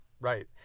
right